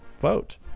vote